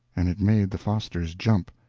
and it made the fosters jump.